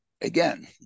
again